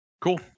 Cool